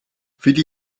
willi